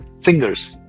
fingers